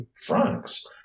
francs